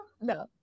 No